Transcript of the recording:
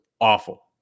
awful